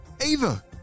Ava